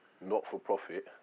not-for-profit